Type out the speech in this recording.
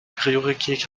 priorität